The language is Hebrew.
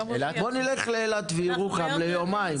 בואו נלך לאילת וירוחם ליומיים.